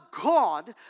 God